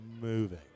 moving